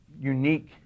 unique